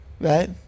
Right